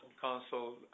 Council